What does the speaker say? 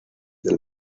del